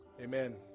Amen